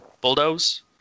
bulldoze